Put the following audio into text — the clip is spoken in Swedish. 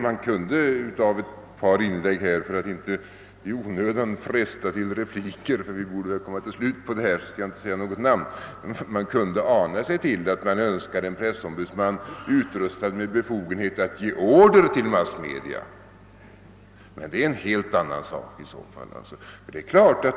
Man kunde av ett par inlägg — för att inte i onödan fresta till repliker, eftersom vi borde komma till ett slut på denna debatt, skall jag inte nämna något namn — ana sig till att vederbörande önskade en pressombudsman utrustad med befogenheter att ge order till massmedia. Men det är en helt annan sak.